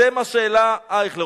זה מה שהעלה אייכלר,